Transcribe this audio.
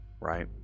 right